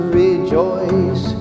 rejoice